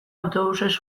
autobusez